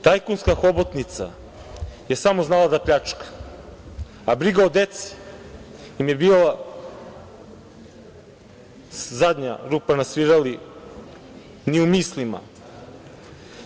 Tajkunska hobotnica je samo znala da pljačka, a briga o deci im je bila zadnja rupa na svirali, ni u mislima.